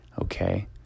Okay